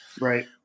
right